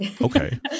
Okay